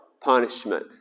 punishment